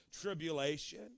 tribulation